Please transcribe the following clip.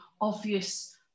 obvious